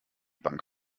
bank